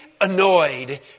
annoyed